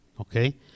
okay